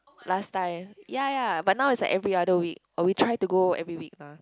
last time ya ya but now it's like every other week or we try to go every week lah